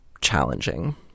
challenging